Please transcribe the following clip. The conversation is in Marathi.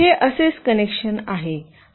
हे असेच कनेक्शन जाते